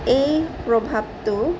এই প্ৰভাৱটো